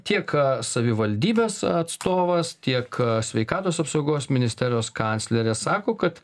tiek savivaldybės atstovas tiek sveikatos apsaugos ministerijos kanclerė sako kad